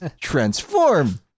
transform